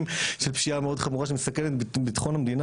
של פשיעה מאוד חמורה שמסכן את ביטחון המדינה,